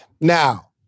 Now